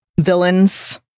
villains